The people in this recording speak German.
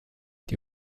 die